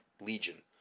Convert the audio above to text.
legion